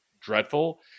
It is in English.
dreadful